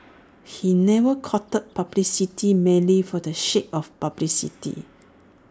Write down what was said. he never courted publicity merely for the sake of publicity